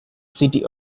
city